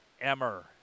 Emmer